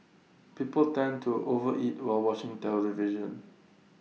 people tend to overeat while watching the television